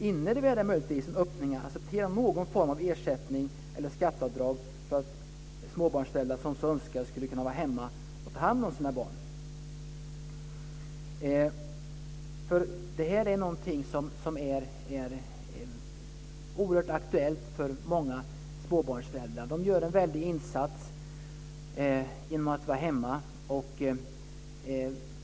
Innebär det möjligtvis en öppning för att acceptera någon form av ersättning eller skatteavdrag så att småbarnsföräldrar som så önskar skulle kunna vara hemma och ta hand om sina barn? Detta är någonting som är oerhört aktuellt för många småbarnsföräldrar. De gör en väldig insats genom att vara hemma.